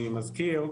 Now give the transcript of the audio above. אני מזכיר,